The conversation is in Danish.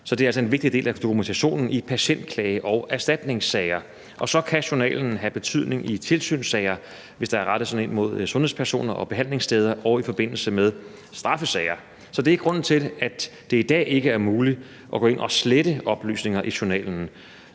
altså en vigtig del af dokumentationen i patientklage- og erstatningssager, og så kan journalen også have en betydning i tilsynssager, hvis der er rettet sådanne mod sundhedspersoner og behandlingssteder, og i forbindelse med straffesager. Så det er grunden til, at det i dag ikke er muligt at gå ind og slette oplysninger i journalen.